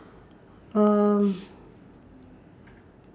um